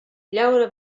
llaura